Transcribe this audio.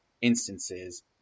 instances